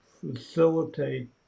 Facilitate